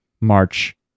march